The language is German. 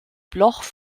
bloch